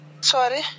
Sorry